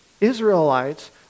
Israelites